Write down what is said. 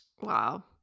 wow